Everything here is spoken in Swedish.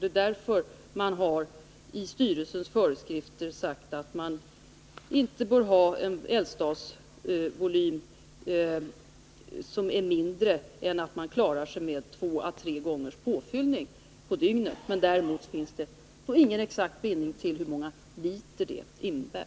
Det är därför som deti Om sysselsättning styrelsens föreskrifter har sagts att man inte bör ha en eldstadsvolym som är en vid Östanå mindre än att man klarar sig med påfyllning två å tre gånger om dygnet. bruk och Broby Däremot finns det ingen exakt bindning till hur många liter det innebär.